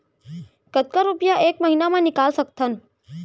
कतका रुपिया एक महीना म निकाल सकथन?